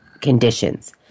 conditions